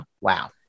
Wow